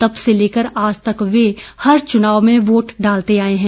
तब से लेकर आज तक वे हर चुनाव में वोट डालते आए हैं